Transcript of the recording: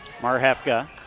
Marhefka